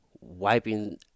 wiping